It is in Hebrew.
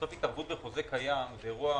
בסוף התערבות בחוזה קיים זה אירוע